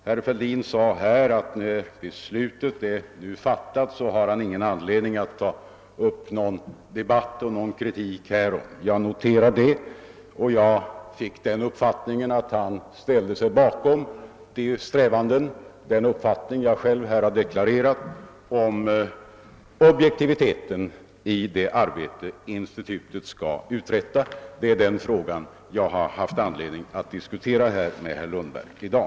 Herr Fälldin förklarade att han, när beslutet väl är fattat, inte har anledning att ta upp någon debatt eller kritik. Jag noterar det och att han uppenbarligen ställde sig bakom min deklaration om objektiviteten i det arbete institutet skall utföra. Det är den frågan jag har haft anledning att diskutera med herr Lundberg här i dag.